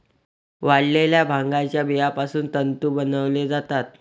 वाळलेल्या भांगाच्या बियापासून तंतू बनवले जातात